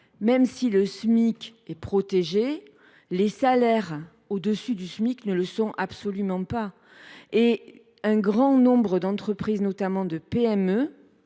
si le Smic est protégé, les salaires au dessus du Smic ne le sont absolument pas ! Un grand nombre d’entreprises, notamment de PME,